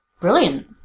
brilliant